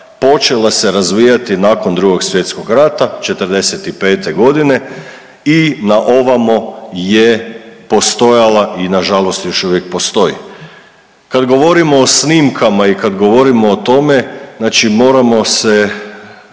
počela se razvijati nakon Drugog svjetskog rata '45.g. i na ovamo je postojala i nažalost još uvijek postoji. Kad govorimo o snimkama i kad govorimo o tome znači moramo se